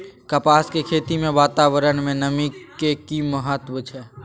कपास के खेती मे वातावरण में नमी के की महत्व छै?